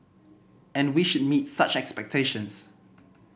and we should meet such expectations